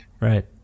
Right